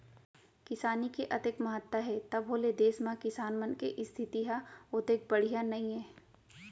किसानी के अतेक महत्ता हे तभो ले देस म किसान मन के इस्थिति ह ओतेक बड़िहा नइये